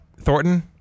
Thornton